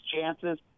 chances